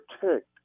protect